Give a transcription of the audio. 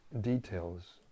details